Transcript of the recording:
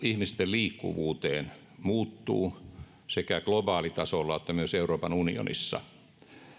ihmisten liikkuvuuteen muuttuu sekä globaalitasolla että myös euroopan unionissa